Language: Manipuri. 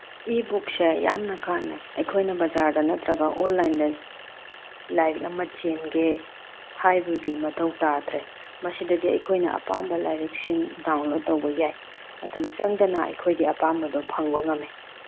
ꯏ ꯕꯨꯛꯁꯦ ꯌꯥꯝꯅ ꯀꯥꯅꯩ ꯑꯩꯈꯣꯏꯅ ꯕꯖꯥꯔꯗ ꯅꯠꯇ꯭ꯔꯒ ꯑꯣꯟꯂꯥꯏꯟꯗ ꯂꯥꯏꯔꯤꯛ ꯑꯃ ꯆꯦꯟꯒꯦ ꯍꯥꯏꯕꯒꯤ ꯃꯊꯧ ꯇꯥꯗ꯭ꯔꯦ ꯃꯁꯤꯗꯗꯤ ꯑꯩꯈꯣꯏꯅ ꯑꯄꯥꯝꯕ ꯂꯥꯏꯔꯤꯛꯁꯤꯡ ꯗꯥꯎꯟꯂꯣꯠ ꯇꯧꯕ ꯌꯥꯏ ꯃꯇꯝ ꯆꯪꯗꯅ ꯑꯩꯈꯣꯏꯒꯤ ꯑꯄꯥꯝꯕꯗꯣ ꯐꯪꯕ ꯉꯝꯃꯤ